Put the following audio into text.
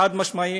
חד-משמעית.